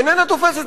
איננה תופסת,